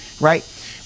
right